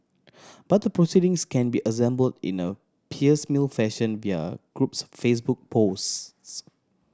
but the proceedings can be assemble in a piecemeal fashion via group's Facebook posts